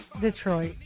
Detroit